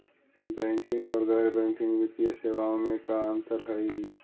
Banking और गैर banking वित्तीय सेवाओं में का अंतर हइ?